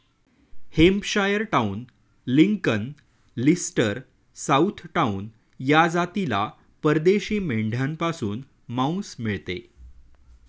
Hampshire town, Lincoln, Leicester, south town या जातीला परदेशी मेंढ्यांपासून मांस मिळते